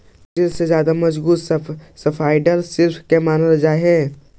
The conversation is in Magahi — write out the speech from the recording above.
स्टील से भी ज्यादा मजबूत स्पाइडर सिल्क के मानल जा हई